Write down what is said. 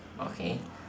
okay